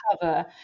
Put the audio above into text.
cover